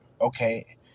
Okay